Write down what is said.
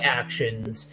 actions